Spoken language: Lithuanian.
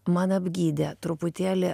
man apgydė truputėlį